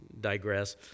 digress